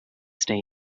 stay